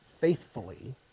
faithfully